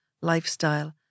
lifestyle